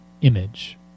image